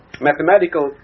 mathematical